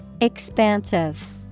Expansive